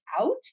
out